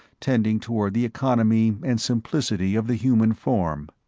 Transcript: tending toward the economy and simplicity of the human form.